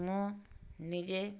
ମୁଁ ନିଜେ